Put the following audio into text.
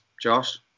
Josh